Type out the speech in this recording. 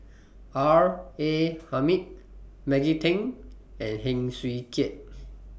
R A Hamid Maggie Teng and Heng Swee Keat